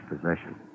possession